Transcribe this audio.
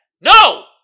No